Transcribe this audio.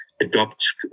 adopt